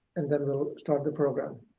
and then we'll start the program.